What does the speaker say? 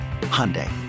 Hyundai